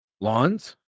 Lawns